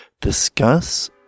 discuss